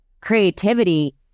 creativity